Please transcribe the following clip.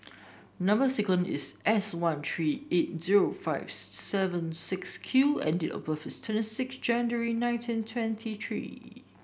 number sequence is S one three eight zero five seven six Q and date of birth is twenty six January nineteen twenty three